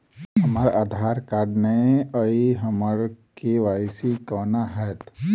हमरा आधार कार्ड नै अई हम्मर के.वाई.सी कोना हैत?